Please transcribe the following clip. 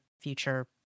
future